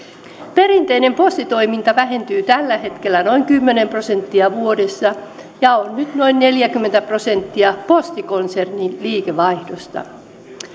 perinteinen postitoiminta vähentyy tällä hetkellä noin kymmenen prosenttia vuodessa ja on nyt noin neljäkymmentä prosenttia posti konsernin liikevaihdosta